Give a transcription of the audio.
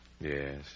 Yes